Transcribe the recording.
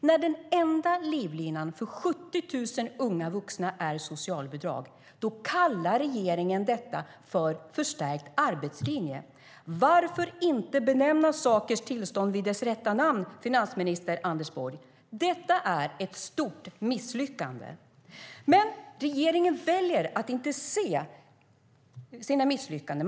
När den enda livlinan för 70 000 unga vuxna är socialbidrag kallar regeringen detta för en förstärkt arbetslinje. Varför inte benämna sakers tillstånd vid dess rätta namn, finansminister Anders Borg? Detta är ett stort misslyckande. Men regeringen väljer att inte se sina misslyckanden.